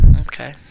Okay